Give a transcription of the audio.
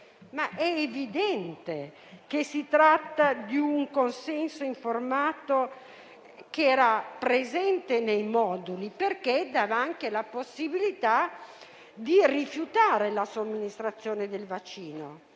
però evidente che si tratta di un consenso informato presente nei moduli che dà anche la possibilità di rifiutare la somministrazione del vaccino.